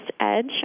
edge